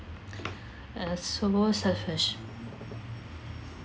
uh so more selfish